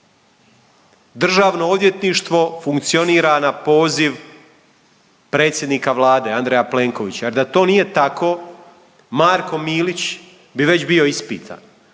Državno odvjetništvo funkcionira na poziv predsjednika Vlade, Andreja Plenkovića jer da to nije tako Marko Milić bi već bio ispitan,